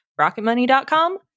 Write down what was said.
Rocketmoney.com